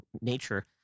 nature